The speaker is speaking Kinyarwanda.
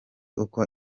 uko